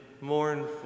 mournful